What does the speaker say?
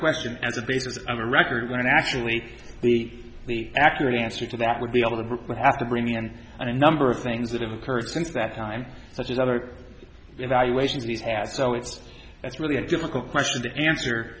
question as a basis of a record going to actually be accurate answer to that would be able to have to bring and a number of things that have occurred since that time such as other evaluations he's had so it's that's really a difficult question to answer